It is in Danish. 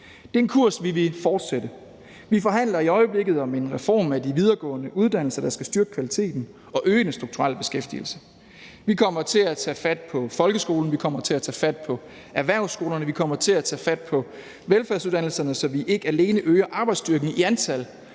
en kurs, vi vil fortsætte. Vi forhandler i øjeblikket om en reform af de videregående uddannelser, der skal styrke kvaliteten og øge den strukturelle beskæftigelse. Vi kommer til at tage fat på folkeskolen, vi kommer til at tage fat på erhvervsskolerne, og vi kommer til at tage fat på velfærdsuddannelserne, så vi ikke alene øger arbejdsstyrken i antal,